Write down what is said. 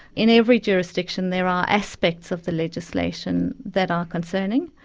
in every jurisdiction there are aspects of the legislation that are concerning,